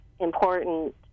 important